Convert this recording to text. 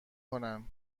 کنن